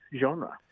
genre